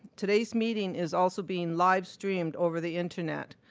today's meeting is also being live streamed over the internet.